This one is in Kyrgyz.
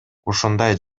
ушундай